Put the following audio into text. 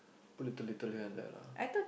put little little here and there lah